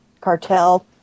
cartel